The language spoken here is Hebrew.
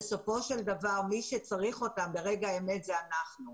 ומי שצריך אותם ברגע האמת זה אנחנו.